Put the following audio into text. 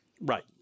Right